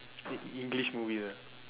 eng~ English movies ah